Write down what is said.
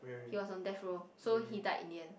he was on death row so he died in the end